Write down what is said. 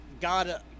God